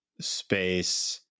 space